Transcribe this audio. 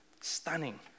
stunning